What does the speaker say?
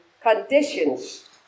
conditions